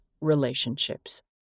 relationships